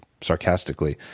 sarcastically